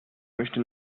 möchte